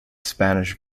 spanish